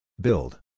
Build